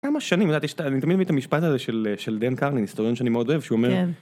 כמה שנים, את יודעת יש את, אני תמיד מביא את המשפט הזה של דן קרלין שאני מאוד אוהב שהוא אומר.